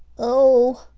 oh,